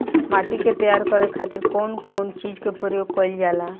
माटी के तैयार करे खातिर कउन कउन चीज के प्रयोग कइल जाला?